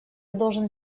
должен